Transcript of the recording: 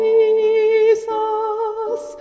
Jesus